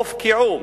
הופקעו,